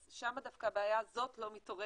אז שם דווקא הבעיה הזאת לא מתעוררת.